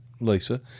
Lisa